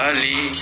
Ali